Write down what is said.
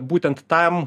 būtent tam